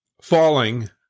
falling